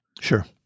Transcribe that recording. Sure